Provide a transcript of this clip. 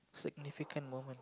significant moment